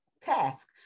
task